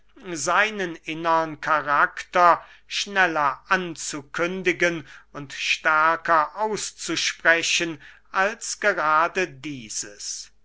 seinen innern karakter schneller anzukündigen und stärker auszusprechen als gerade dieses